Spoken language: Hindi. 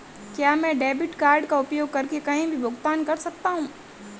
क्या मैं डेबिट कार्ड का उपयोग करके कहीं भी भुगतान कर सकता हूं?